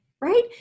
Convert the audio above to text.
right